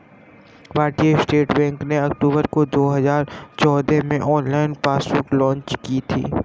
भारतीय state bank ने अक्टूबर दो हजार चौदह में ऑनलाइन पासबुक लॉन्च की थी